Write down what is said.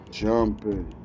jumping